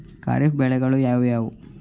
ಖಾರಿಫ್ ಬೆಳೆಗಳು ಯಾವುವು?